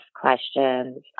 questions